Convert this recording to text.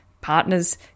partners